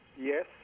Yes